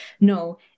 No